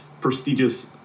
prestigious